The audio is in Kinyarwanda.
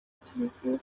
kiriziya